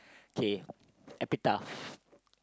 okay